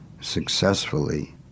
successfully